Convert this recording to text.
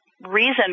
reason